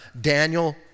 Daniel